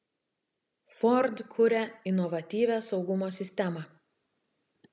ford kuria inovatyvią saugumo sistemą